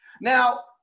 now